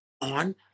on